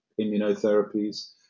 immunotherapies